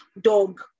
dog